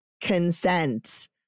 consent